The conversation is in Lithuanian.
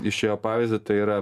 iš jo pavyzdį tai yra